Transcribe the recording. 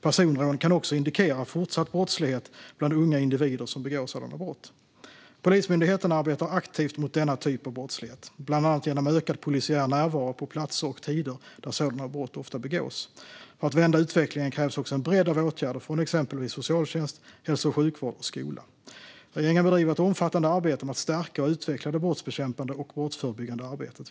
Personrån kan också indikera fortsatt brottslighet bland unga individer som begår sådana brott. Polismyndigheten arbetar aktivt mot denna typ av brottslighet, bland annat genom ökad polisiär närvaro på platser och tider där sådana brott ofta begås. För att vända utvecklingen krävs också en bredd av åtgärder från exempelvis socialtjänst, hälso och sjukvård och skola. Regeringen bedriver ett omfattande arbete med att stärka och utveckla det brottsbekämpande och brottsförebyggande arbetet.